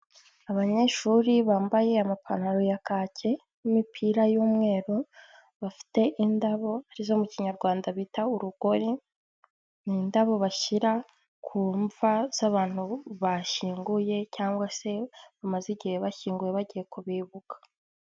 Abanyeshuri bambaye amapantaro ya kaki, n'imipira y'umweru, bafite indabo arizo mu kinyarwanda bita urugori, ni indabo bashyira ku mva z'abantu bashyinguye cyangwa se bamaze igihe bashyinguwe bagiye kubibuka.